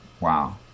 Wow